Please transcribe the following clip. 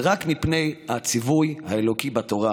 ורק מפני הציווי האלוקי בתורה,